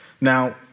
Now